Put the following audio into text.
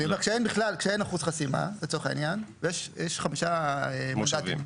כשאין אחוז חסימה ויש חמישה מושבים,